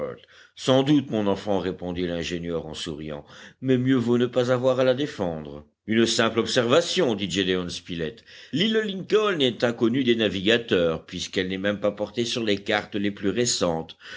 sans doute mon enfant répondit l'ingénieur en souriant mais mieux vaut ne pas avoir à la défendre une simple observation dit gédéon spilett l'île lincoln est inconnue des navigateurs puisqu'elle n'est même pas portée sur les cartes les plus récentes